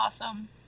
awesome